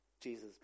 Jesus